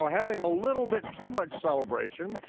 ah having a little bit too much celebration,